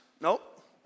Nope